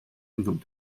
income